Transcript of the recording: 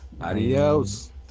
Adios